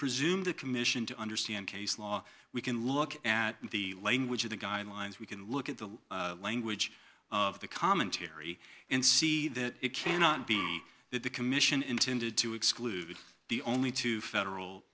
presume the commission to understand case law we can look at the language of the guidelines we can look at the language of the commentary and see that it cannot be that the commission intended to exclude the only two federal